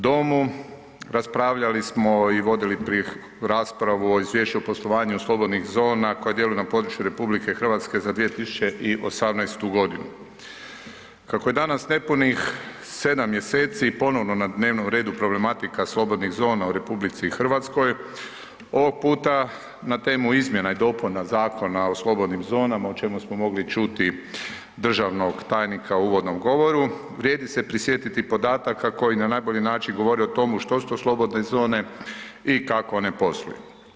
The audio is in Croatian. domu, raspravljali smo i vodili raspravu o izvješću o poslovanju slobodnih zona koje djeluju na području RH za 2018. g. Kako je danas nepunih 7 mjeseci ponovno na dnevnom redu problematika slobodnih zona u RH, ovog puta na temu izmjena i dopuna Zakona o slobodnim zonama, o čemu smo mogli čuti državnog tajnika u uvodnom govoru, vrijedi se prisjetiti podataka koji na najbolji način govore o tomu što su to slobodne zone i kako one posluju.